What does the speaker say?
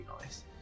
nice